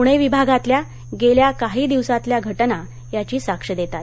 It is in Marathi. पूणे विभागातल्या गेल्या काही दिवसांतल्या घटना याची साक्ष देतात